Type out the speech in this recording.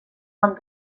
van